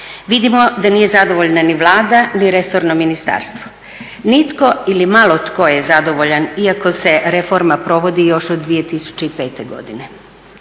Vidimo da nije zadovoljna ni Vlada ni resorno ministarstvo. Nitko ili malo tko je zadovoljan iako se reforma provodi još od 2005.godine.